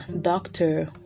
doctor